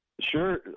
Sure